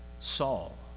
Saul